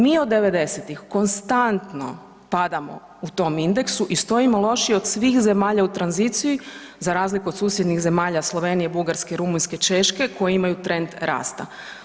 Mi od '90.-tih konstantno padamo u tom indeksu i stojimo lošije od svih zemalja u tranziciji, za razliku od susjednih zemalja Slovenije, Bugarske, Rumunjske, Češke koji imaju trend rasta.